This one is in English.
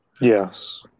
Yes